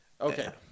Okay